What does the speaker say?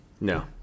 No